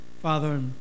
Father